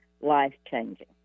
life-changing